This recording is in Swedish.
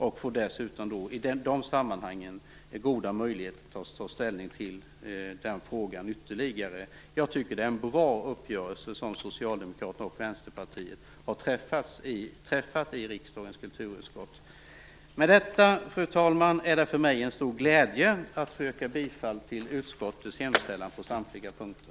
Vi får i de sammanhangen dessutom goda möjligheter att ta ställning till den frågan ytterligare. Jag tycker att det är en bra uppgörelse som Socialdemokraterna och Vänsterpartiet har träffat i riksdagens kulturutskott. Med detta är det, fru talman, för mig en stor glädje att yrka bifall till utskottets hemställan på samtliga punkter.